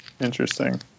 Interesting